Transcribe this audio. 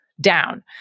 down